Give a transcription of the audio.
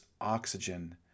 oxygen